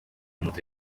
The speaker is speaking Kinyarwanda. moto